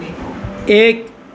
এক